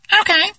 Okay